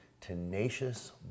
tenacious